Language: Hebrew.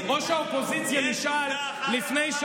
ראש האופוזיציה נשאל לפני,